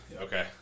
Okay